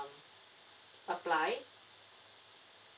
a~ apply